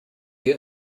wir